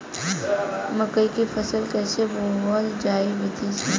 मकई क फसल कईसे बोवल जाई विधि से?